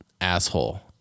asshole